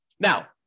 Now